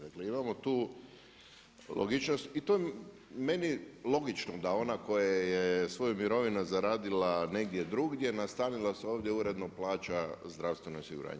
Dakle imamo tu logičnost i to je meni logično da ona koja je svoju mirovinu zaradila negdje drugdje, nastanila se ovdje uredno plaća zdravstveno osiguranje.